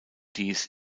dies